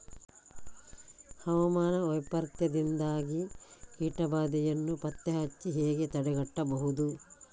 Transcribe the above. ಹವಾಮಾನ ವೈಪರೀತ್ಯದಿಂದಾಗಿ ಕೀಟ ಬಾಧೆಯನ್ನು ಪತ್ತೆ ಹಚ್ಚಿ ಹೇಗೆ ತಡೆಗಟ್ಟಬಹುದು?